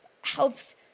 helps